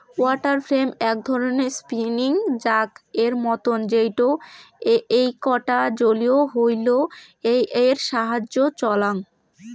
water frame এক ধরণের spinning জাক এর মতন যেইটো এইকটা জলীয় হুইল এর সাহায্যে চলাং